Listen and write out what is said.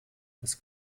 dass